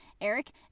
Eric